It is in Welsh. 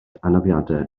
anafiadau